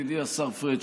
ידידי השר פריג',